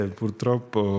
purtroppo